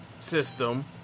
system